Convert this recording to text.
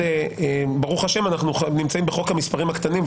-- ברוך השם אנחנו נמצאים בחוק המספרים הקטנים,